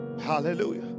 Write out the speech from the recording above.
Hallelujah